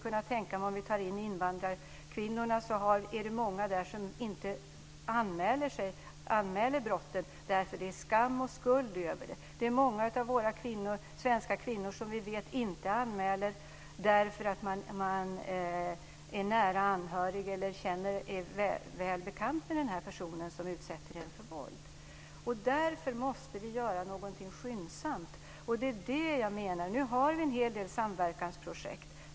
Om vi tar med invandrarkvinnorna är det säkert många som inte anmäler brotten eftersom det är skam och skuld över det. Det är många svenska kvinnor som vi vet inte anmäler därför att de är nära anhörig till eller är väl bekant med personen som utsätter dem för våld. Vi måste göra någonting skyndsamt. Det är vad jag menar. Nu finns en hel del samverkansprojekt.